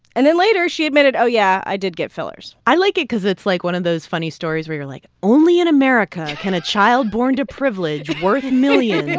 and then later, she admitted, oh, yeah, i did get fillers i like it cause it's, like, one of those funny stories where you're like, only in america can a child born to privilege worth millions.